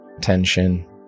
tension